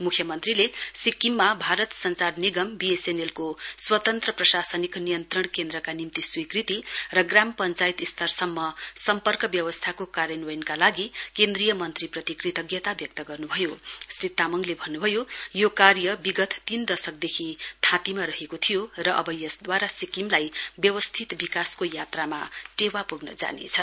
मुख्यमन्त्रीले सिक्किममा भारत संचार निगम बीएसएनएल को स्वतन्त्र प्रशासनिक नियन्त्रण केन्द्रका निम्ति स्वीकृति र ग्राम पश्चायत स्तरसम्म सम्पर्क व्यवस्थाको कार्यान्वयनका लागि केन्द्रीय मन्त्रीप्रति कृतज्ञता व्यक्त गर्नुभयो श्री तामङले भन्नुभयो यो कार्य विगत तीन दशकदेखि थाँतीमा रहेको थियो र अव यसद्वारा सिक्किमलाई व्यवस्थित विकासको यात्रामा टेवा पुग्न जानेछ